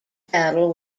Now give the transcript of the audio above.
battle